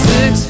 Six